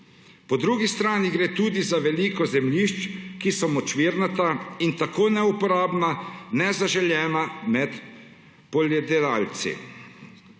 Po drugi strani gre tudi za veliko zemljišč, ki so močvirnata in tako neuporabna, nezaželena med poljedelci,